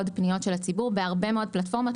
פניות של הציבור בהרבה מאוד פלטפורמות,